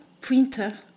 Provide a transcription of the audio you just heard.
printer